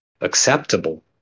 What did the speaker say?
acceptable